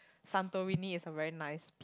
Santorini is a very nice